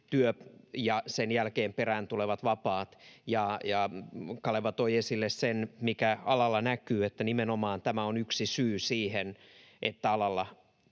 ja sen jälkeen perään tulevat vapaat. Kaleva toi esille sen, mikä alalla näkyy, että nimenomaan tämä on yksi syy siihen, että alalla